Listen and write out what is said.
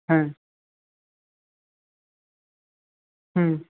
হ্যাঁ হুম